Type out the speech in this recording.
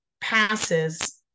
passes